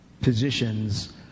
positions